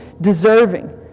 deserving